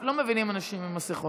לא מבינים אנשים עם מסכות.